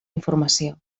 informació